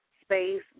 space